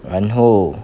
然后